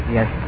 Yes